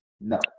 No